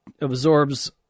absorbs